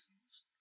reasons